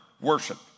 worship